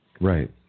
Right